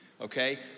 Okay